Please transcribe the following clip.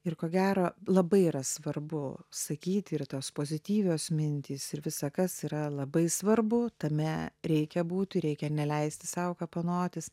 ir ko gero labai yra svarbu sakyti ir tos pozityvios mintys ir visa kas yra labai svarbu tame reikia būti reikia neleisti sau kapanotis